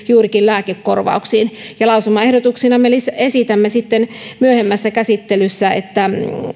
juurikin lääkekorvauksiin ja lausumaehdotuksina me esitämme sitten myöhemmässä käsittelyssä että